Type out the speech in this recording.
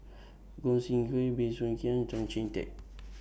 Gog Sing Hooi Bey Soo Khiang Tan Chee Teck